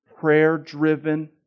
prayer-driven